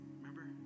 Remember